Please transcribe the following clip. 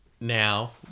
now